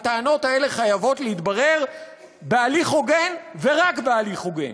הטענות האלה חייבות להתברר בהליך הוגן ורק בהליך הוגן,